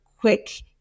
quick